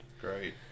great